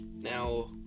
now